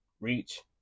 reach